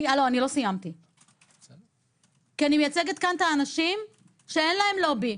אני מייצגת כאן את האנשים שאין להם לובי,